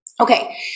Okay